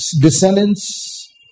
descendants